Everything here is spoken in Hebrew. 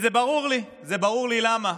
זה ברור לי, זה ברור לי למה,